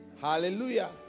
Hallelujah